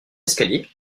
escalier